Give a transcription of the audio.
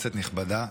כנסת נכבדה,